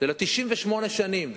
זה ל-98 שנים.